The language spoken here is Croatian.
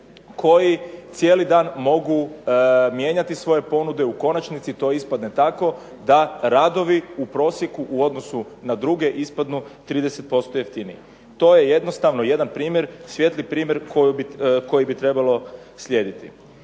koji cijeli dan mogu mijenjati svoje ponude. U konačnici to ispadne tako da radovi u prosjeku, u odnosu na druge, ispadnu 30% jeftinije. To je jednostavno jedan primjer, svijetli primjer koji bi trebalo slijediti.